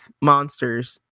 monsters